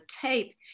tape